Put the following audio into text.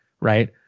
right